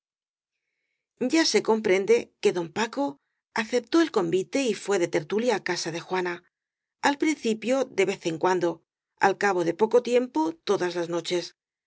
ya se comprende que don paco aceptó el con vite y fué de tertulia á casa de juana al principio de vez en cuando al cabo de poco tiempo todas las noches